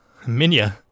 Minya